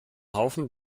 haufen